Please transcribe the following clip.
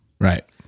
Right